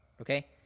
okay